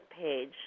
page